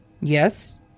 Yes